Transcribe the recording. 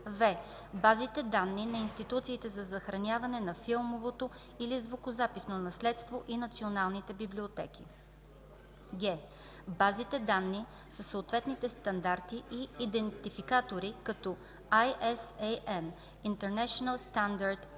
в) бази данни на институциите за съхраняване на филмово или звукозаписно наследство и националните библиотеки; г) базите данни със съответните стандарти и идентификатори, като ISAN (International Standard Audiovisual